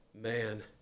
man